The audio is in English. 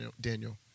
Daniel